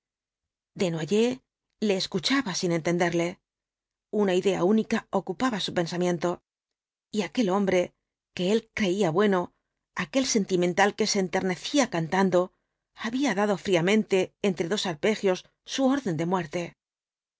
crezcan desnoyers le escuchaba sin entenderle una idea única ocupaba su pensamiento y aquel hombre que él creía bueno aquel sentimental que se enternecía cantando había dado fríamente entre dos arpegios su orden de muerte